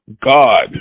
God